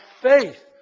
faith